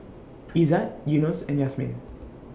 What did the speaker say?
Izzat Yunos and Yasmin